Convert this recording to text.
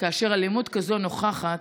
וכאשר אלימות כזו נוכחת,